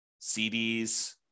CDs